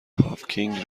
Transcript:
هاوکینگ